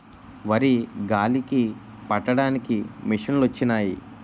వరి గాలికి పట్టడానికి మిసంలొచ్చినయి